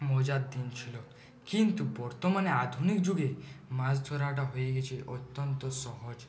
মজার দিন ছিল কিন্তু বর্তমানে আধুনিক যুগে মাছ ধরাটা হয়ে গিয়েছে অত্যন্ত সহজ